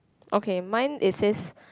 okay mine it says